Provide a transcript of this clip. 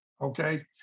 Okay